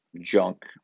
junk